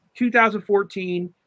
2014